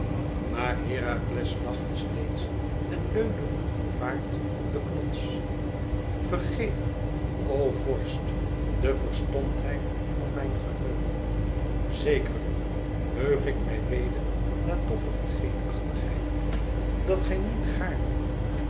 maar herakles lachte steeds en leunde onvervaard op den knots vergeef o vorst de verstomptheid van mijn geheugen zekerlijk heug ik mij weder na doffe vergeetachtigheid dat gij niet gaarne